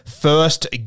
first